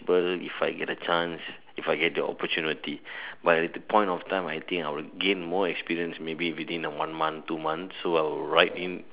ble if I get the chance if I get the opportunity by that point of time I think I will gain more experience maybe within the one month two month so I'll write in